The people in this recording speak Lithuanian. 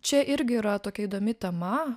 čia irgi yra tokia įdomi tema